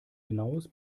genaues